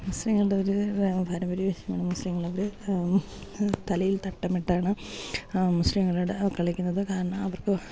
മുസ്ലിങ്ങളുടെ ഒരു പാരമ്പര്യ വേഷമാണ് മുസ്ലിങ്ങൾ തലിയിൽ തട്ടമിട്ടാണ് മുസ്ലിങ്ങളുടെ കളിക്കുന്നത് കാരണം അവർക്ക്